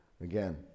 again